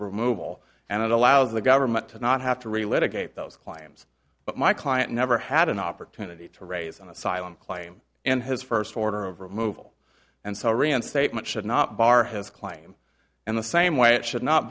removal and it allows the government to not have to relate a gate those claims but my client never had an opportunity to raise an asylum claim in his first order of removal and so reinstatement should not bar his claim and the same way it should not